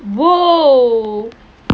!whoa!